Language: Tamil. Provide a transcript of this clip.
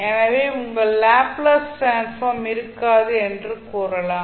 எனவே உங்கள் லாப்ளேஸ் டிரான்ஸ்ஃபார்ம் இருக்காது என்று கூறலாம்